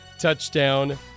touchdown